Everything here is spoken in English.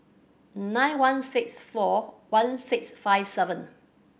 nine one six four one six five seven